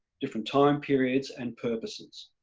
different time periods and purposes,